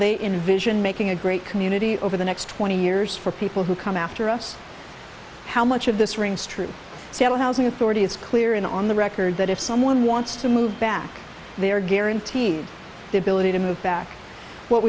they envision making a great community over the next twenty years for people who come after us how much of this rings true seattle housing authority is clear and on the record that if someone wants to move back they are guaranteed the ability to move back what